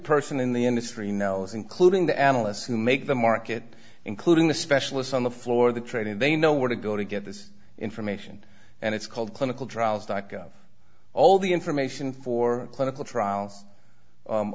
person in the industry knows including the analysts who make the market including the specialists on the floor of the trade and they know where to go to get this information and it's called clinical trials dot gov all the information for clinical trial